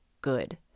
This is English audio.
good